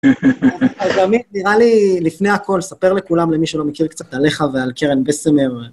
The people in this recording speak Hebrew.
אז עמית, נראה לי, לפני הכול, ספר לכולם, למי שלא מכיר, קצת עליך ועל קרן בסמר.